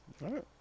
right